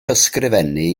ysgrifennu